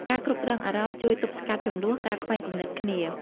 ការគ្រប់់គ្រងអារម្មណ៍ជួយទប់ស្កាត់ជម្លោះ ការខ្វែងគំនិតគ្នា។